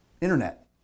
Internet